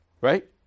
right